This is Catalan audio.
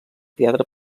teatre